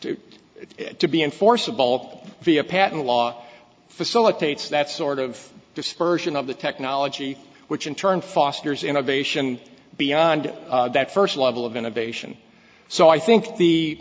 it to be enforceable via patent law facilitates that sort of dispersion of the technology which in turn fosters innovation beyond that first level of innovation so i think